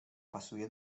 pasuje